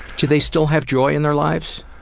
do they still have joy in their lives?